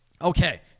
Okay